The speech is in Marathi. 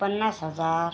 पन्नास हजार